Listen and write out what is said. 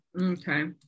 Okay